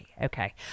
Okay